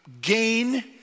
gain